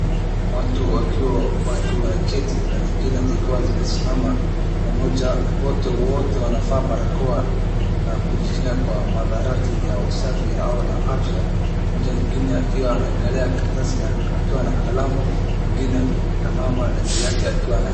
Watu wakiwa wameketi na zingine zikiwa zimesimama na mmoja wote wanavaa barakoa na kujikinga kwa madharati ya usafi au na afya. Mmoja ingine akiwa anagalia karatasi akiwa na kalamu ingine na mama juu yake akiwa.